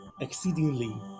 exceedingly